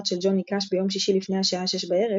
של ג'וני קאש ביום שישי לפני השעה 1800 בערב,